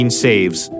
saves